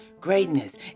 Greatness